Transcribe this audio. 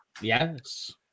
Yes